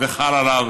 וחל עליו